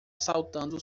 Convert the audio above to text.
saltando